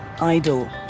idle